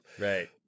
Right